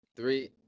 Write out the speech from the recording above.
three